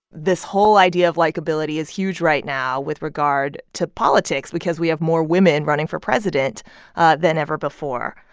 this whole idea of likeability is huge right now with regard to politics because we have more women running for president than ever before.